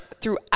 throughout